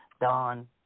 Don